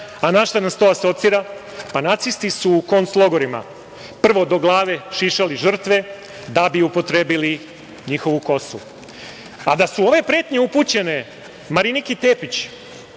a na šta nas to asocira? Nacisti su u koncentracionim logorima prvo do glave šišali žrtve, da bi upotrebili njihovu kosu. Da su ove pretnje upućene Mariniki Tepić